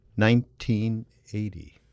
1980